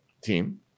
team